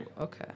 okay